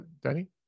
Danny